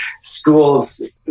schools